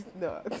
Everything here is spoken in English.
no